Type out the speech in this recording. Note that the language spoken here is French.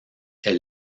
est